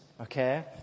okay